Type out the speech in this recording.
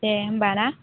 दे होमब्ला ना